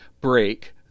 Break